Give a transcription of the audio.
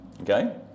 okay